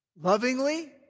Lovingly